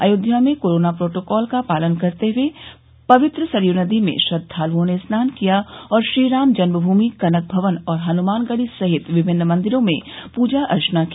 अयोध्या में corona protocol का पालन करते हुए पवित्र सरयू नदी में श्रद्वालुओं ने स्नान किया और श्रीराम जन्मभूमि कनक भवन और हनुमान गढ़ी सहित विभिन्न मंदिरों में पूजा अर्चना की